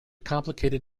complicated